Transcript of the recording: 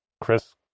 Chris